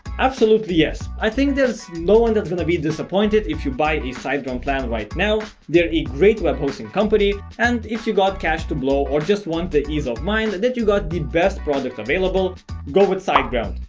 absolutely yes, i think there's no one that's gonna be disappointed if you buy a siteground plan right now, they're a great web hosting company and if you got cash to blow or just want the ease of mind that that you got the best product available go with siteground.